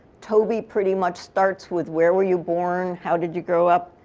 toby pretty much starts with where were you born? how did you grow up?